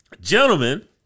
gentlemen